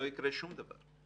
לא יקרה שום דבר.